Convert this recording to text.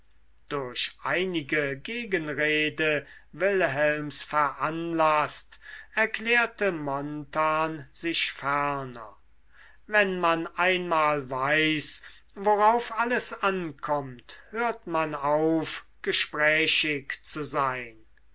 durch einige gegenrede wilhelms veranlaßt erklärte montan sich ferner wenn man einmal weiß worauf alles ankommt hört man auf gesprächig zu sein